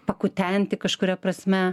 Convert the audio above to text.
pakutenti kažkuria prasme